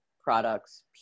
products